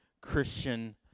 Christian